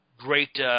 Great